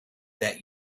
that